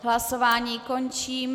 Hlasování končím.